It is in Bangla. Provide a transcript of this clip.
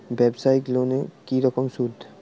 ব্যবসায়িক লোনে কি রকম সুদ?